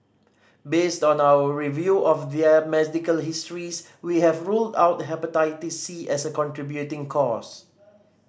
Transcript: based on our review of their medical histories we have ruled out Hepatitis C as a contributing cause